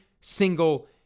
single